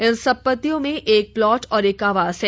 इन संपत्तियों में एक प्लॉट और एक आवास है